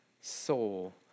soul